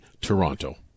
Toronto